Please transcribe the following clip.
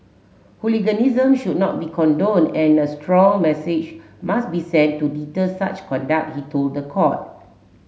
hooliganism should not be condoned and a strong message must be sent to deter such conduct he told the court